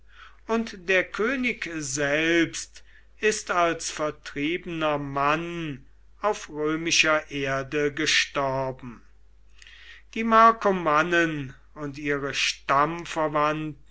und der könig selbst ist als vertriebener mann auf römischer erde gestorben die markomannen und ihre